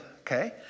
Okay